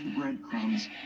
breadcrumbs